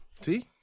See